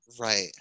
Right